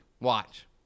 Watch